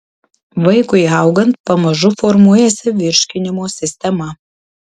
vaikui augant pamažu formuojasi virškinimo sistema